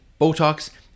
Botox